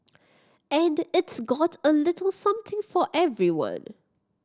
and it's got a little something for everyone